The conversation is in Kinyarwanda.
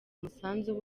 umusanzu